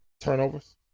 turnovers